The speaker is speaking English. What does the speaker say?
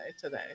today